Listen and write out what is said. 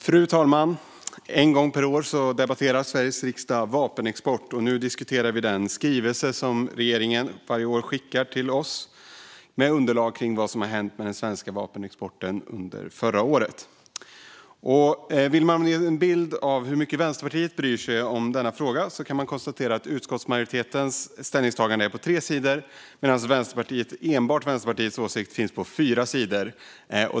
Fru talman! En gång per år debatterar Sveriges riksdag vapenexport. Nu diskuterar vi den skrivelse som regeringen varje år skickar till oss med underlag kring vad som har hänt med den svenska vapenexporten under föregående år. Vill man ha en bild av hur mycket Vänsterpartiet bryr sig om denna fråga kan man konstatera att utskottsmajoritetens ställningstagande är på tre sidor, medan enbart Vänsterpartiets åsikt finns på fyra sidor.